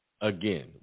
again